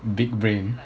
big brain